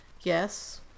Yes